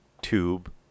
tube